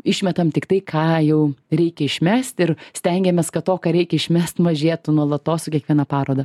išmetam tiktai ką jau reikia išmest ir stengiamės kad to ką reikia išmest mažėtų nuolatos su kiekvieną paroda